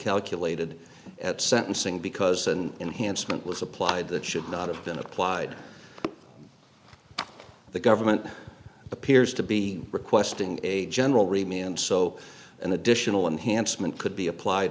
calculated at sentencing because and enhancement was applied that should not have been applied the government appears to be requesting a general remain and so an additional enhanced meant could be applied